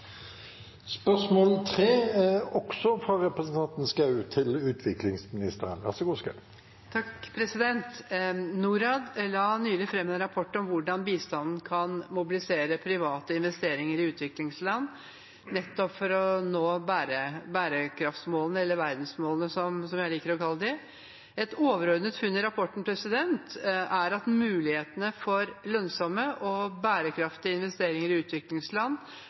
la nylig frem en rapport om hvordan bistanden kan mobilisere private investeringer i utviklingsland for å nå bærekraftsmålene. Et overordnet funn i rapporten er at mulighetene for lønnsomme, bærekraftige investeringer i utviklingsland